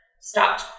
stop